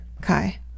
kai